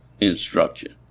instruction